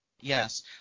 Yes